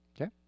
okay